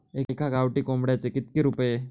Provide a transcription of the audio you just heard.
एका गावठी कोंबड्याचे कितके रुपये?